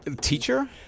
teacher